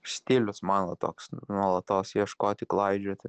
stilius mano toks nuolatos ieškoti klaidžioti